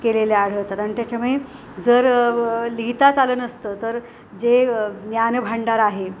केलेले आढळतात आणि त्याच्यामुळे जर लिहिताच आलं असतं तर जे ज्ञानभांडार आहे